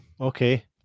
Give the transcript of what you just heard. Okay